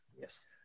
Yes